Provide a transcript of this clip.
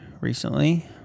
recently